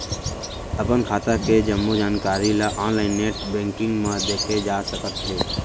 अपन खाता के जम्मो जानकारी ल ऑनलाइन नेट बैंकिंग म देखे जा सकत हे